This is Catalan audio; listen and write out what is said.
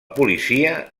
policia